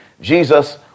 Jesus